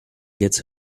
gets